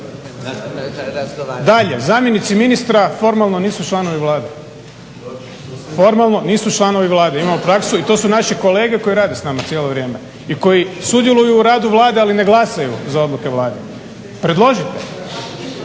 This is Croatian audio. Dalje, zamjenici ministra formalno nisu članovi Vlade, imamo praksu i to su naši kolege koje rade s nama cijelo vrijeme i koji sudjeluju u radu Vlade ali ne glasaju za odluke Vlade. Predložite.